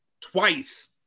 Twice